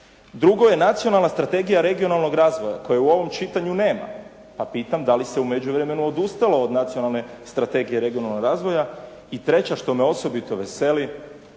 Drugo je Nacionala strategija regionalnog razvoja koje u ovom čitanju nema, pa pitam dali se u međuvremenu odustalo od Nacionalne strategije regionalnog razvoja? I treća, što me osobito veseli